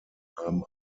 haben